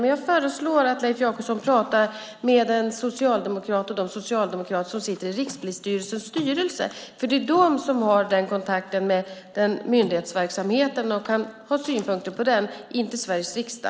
Men jag föreslår att Leif Jakobsson pratar med de socialdemokrater som sitter i Rikspolisstyrelsens styrelse, för det är de som har kontakten med myndighetsverksamheten och kan ha synpunkter på den. Det är inte Sveriges riksdag.